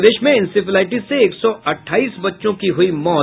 प्रदेश में इंसेफ्लाईटिस से एक सौ अठाईस बच्चों की हुई मौत